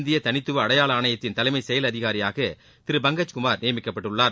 இந்திய தனித்துவ அடையாள ஆணையத்தின் தலைமை செயல் அதிகாரியாக திரு பங்கஜ்குமார் நியமிக்கப்பட்டுள்ளார்